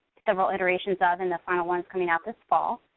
several iterations of and the final one's coming out this fall,